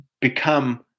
become